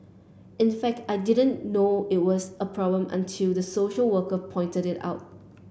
in fact I didn't know it was a problem until the social worker pointed it out